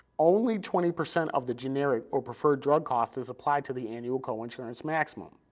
only twenty percent of the generic or preferred drug cost is applied to the annual coinsurance maximum.